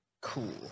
Cool